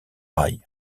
rails